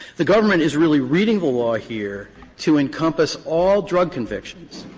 the government is really reading the law here to encompass all drug convictions,